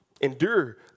Endure